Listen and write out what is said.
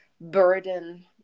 burden